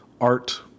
art